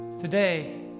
Today